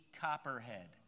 copperhead